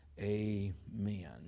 Amen